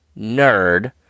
nerd